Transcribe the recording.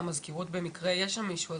ובמקרה יש מישהו במזכירות,